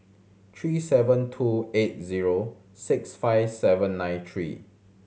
three seven two eight zero six five seven nine three